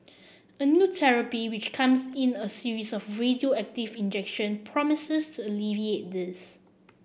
a new therapy which comes in a series of radioactive injection promises to alleviate this